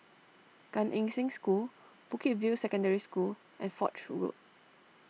Gan Eng Seng School Bukit View Secondary School and Foch Road